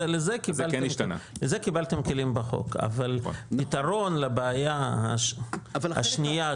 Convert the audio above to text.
לזה קיבלתם כלים בחוק אבל פתרון לבעיה השנייה,